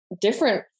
different